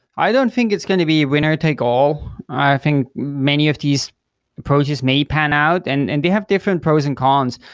i don't think it's going to be winner-take-all. i think many of these approaches may pan out and and they have different pros and cons.